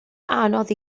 anodd